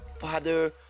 father